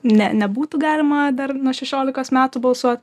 ne nebūtų galima dar nuo šešiolikos metų balsuot